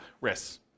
risks